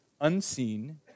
unseen